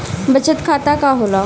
बचत खाता का होला?